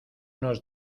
nos